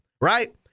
right